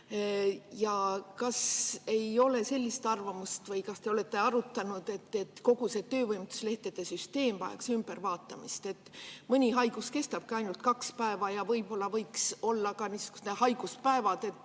Kas ei ole sellist arvamust või kas te olete arutanud, et kogu see töövõimetuslehtede süsteem vajaks ümbertegemist? Mõni haigus kestabki ainult kaks päeva. Võib‑olla võiks olla ka mingi selline haiguspäevade